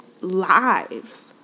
lives